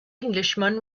englishman